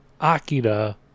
Akira